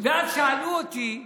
אז, שאלו אותי: